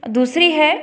दूसरी है